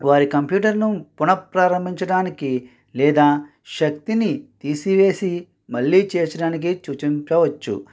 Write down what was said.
వారి కంప్యూటర్ను పునః ప్రారంభించడానికి లేదా శక్తిని తీసివేసి మళ్ళీ చేర్చడానికి సూచింపవచ్చు